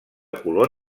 color